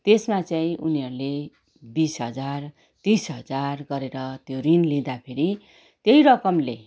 त्समा चाहिँ उनीहरूले बिस हजार तिस हजार गरेर त्यो ऋण लिँदाखेरि त्यही रकमले